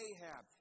Ahab